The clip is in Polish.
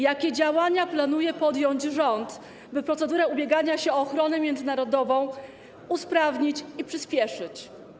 Jakie działania planuje podjąć rząd, by procedurę ubiegania się o ochronę międzynarodową usprawnić i przyspieszyć?